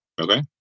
okay